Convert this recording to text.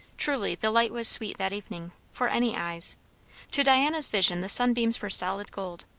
truly the light was sweet that evening, for any eyes to diana's vision the sunbeams were solid gold,